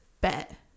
Bet